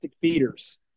feeders